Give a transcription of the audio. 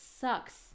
sucks